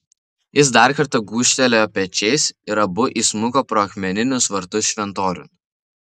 jis dar kartą gūžtelėjo pečiais ir abu įsmuko pro akmeninius vartus šventoriun